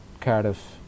Cardiff